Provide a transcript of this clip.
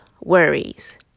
worries